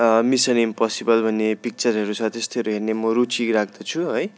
mission Impossible भन्ने पिक्चरहरू छ त्यस्तोहरू हेर्ने मो रुचि राख्दछु है